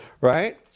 Right